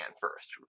first